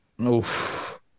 Oof